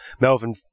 Melvin